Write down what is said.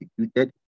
executed